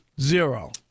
Zero